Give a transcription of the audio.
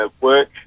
work